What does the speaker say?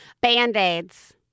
Band-Aids